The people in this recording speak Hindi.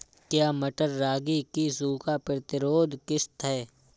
क्या मटर रागी की सूखा प्रतिरोध किश्त है?